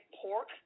pork